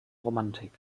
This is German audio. romantik